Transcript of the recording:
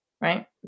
right